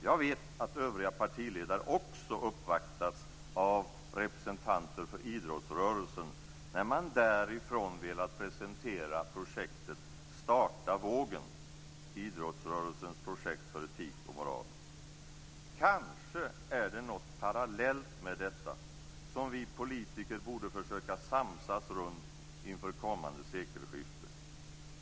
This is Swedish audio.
Jag vet att övriga partiledare också uppvaktats av representanter för Idrottsrörelsen, när man därifrån velat presentera projektet Starta Vågen, idrottsrörelsens projekt för etik och moral. Kanske är det något parallellt med detta som vi politiker borde försöka samsas runt inför kommande sekelskifte?